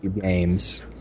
games